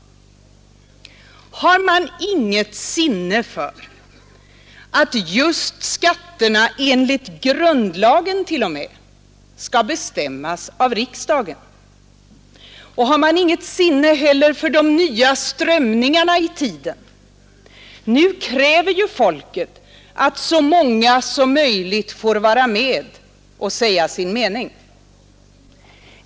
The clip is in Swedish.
Har man inget sinne för att just skatterna t.o.m. enligt grundlag skall bestämmas av riksdagen, har man inget sinne heller för de nya strömningarna i tiden? Nu kräver ju folket att så många som möjligt får vara med och säga sin mening.